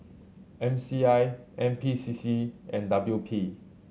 M C I N P C C and W P